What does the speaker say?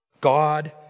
God